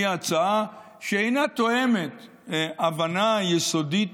היא הצעה שאינה תואמת הבנה יסודית